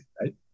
right